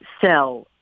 sell